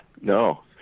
no